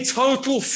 total